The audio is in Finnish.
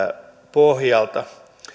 pohjalta